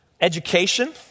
education